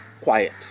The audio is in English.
quiet